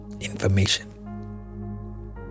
information